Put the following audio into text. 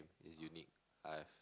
it's unique I have